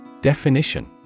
Definition